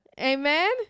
Amen